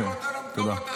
תעביר אותו למקומות הזולים.